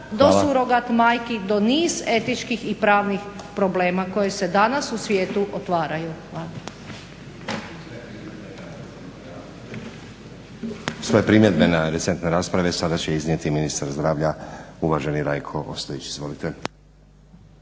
do surogat majki, do niza etičkih i pravnih problema koji se danas u svijetu otvaraju. Hvala.